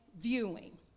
viewing